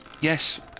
Yes